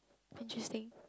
interesting